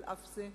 על אף זה,